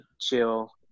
chill